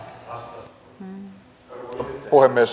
arvoisa puhemies